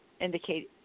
indicate